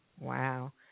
Wow